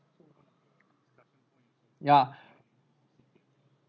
ya